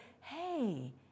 hey